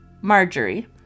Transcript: Marjorie